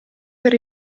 per